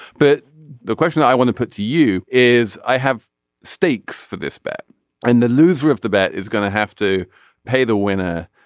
but the question i want to put to you is i have stakes for this bet and the loser of the bet is going to have to pay the winner.